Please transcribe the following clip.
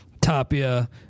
Tapia